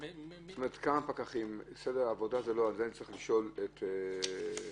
כמה פקחים וסדר העבודה אני צריך לשאול את שמואל.